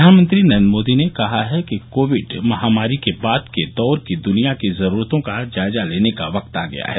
प्रधानमंत्री नरेंद्र मोदी ने कहा है कि कोविड महामारी के बाद के दौर की दुनिया की जरूरतों का जायजा लेने का वक्त आ गया है